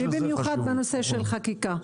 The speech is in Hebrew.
במיוחד בנושא של חקיקה.